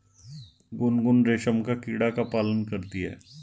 गुनगुन रेशम का कीड़ा का पालन करती है